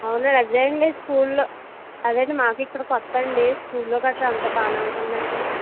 అవునండి అదే అండి స్కూల్లో అదేనండి మాకు ఇక్కడ కొత్త అండి స్కూల్లో గట్రా అంతా బాగానే ఉంటుందా అండి